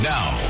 Now